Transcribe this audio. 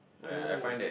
oh